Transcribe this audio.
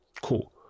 Cool